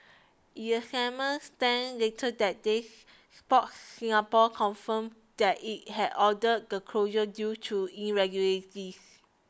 in a statement sent later that day Sport Singapore confirmed that it had ordered the closure due to irregularities